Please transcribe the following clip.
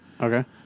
Okay